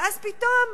ואז פתאום,